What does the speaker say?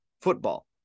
football